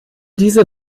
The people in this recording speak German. diese